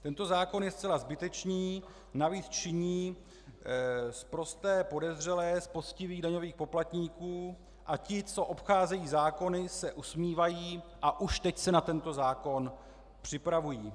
Tento zákon je zcela zbytečný, navíc činí sprosté podezřelé z poctivých daňových poplatníků a ti, co obcházejí zákony, se usmívají a už teď se na tento zákon připravují.